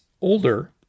older